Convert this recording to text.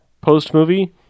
post-movie